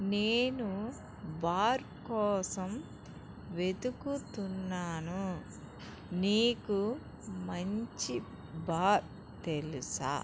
నేను బార్ కోసం వెతుకుతున్నాను నీకు మంచి బార్ తెలుసా